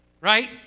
right